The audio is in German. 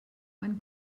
einen